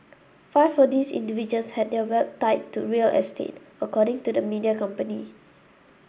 five of these individuals had their wealth tied to real estate according to the media company